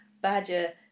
Badger